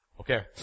Okay